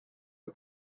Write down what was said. are